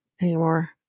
anymore